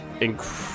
incredible